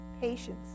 patience